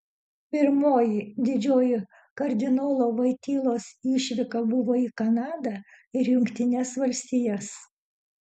pirmoji didžioji kardinolo voitylos išvyka buvo į kanadą ir jungtines valstijas